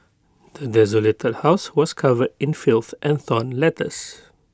the desolated house was covered in filth and torn letters